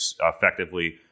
effectively